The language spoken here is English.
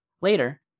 later